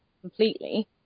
completely